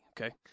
okay